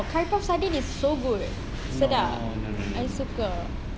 curry puff sardine is so good sedap I suka